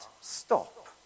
stop